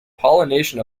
pollination